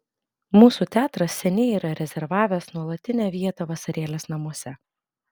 mūsų teatras seniai yra rezervavęs nuolatinę vietą vasarėlės namuose